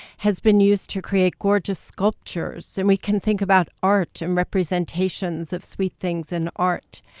has been used to create gorgeous sculptures. and we can think about art and representations of sweet things in art.